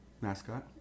Mascot